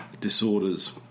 disorders